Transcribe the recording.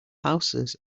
houses